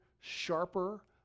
sharper